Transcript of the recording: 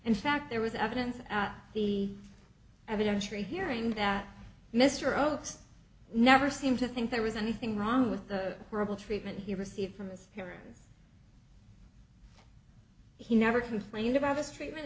in fact there was evidence at the evidentiary hearing that mr oakes never seemed to think there was anything wrong with the horrible treatment he received from his parents he never complained about his treatment